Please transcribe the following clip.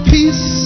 Peace